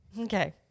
Okay